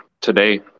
today